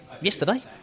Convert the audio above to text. yesterday